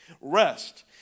Rest